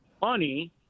money